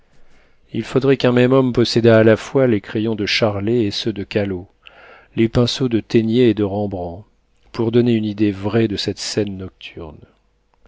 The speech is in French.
il faudrait qu'un même homme possédât à la fois les crayons de charlet et ceux de callot les pinceaux de téniers et de rembrandt pour donner une idée vraie de cette scène nocturne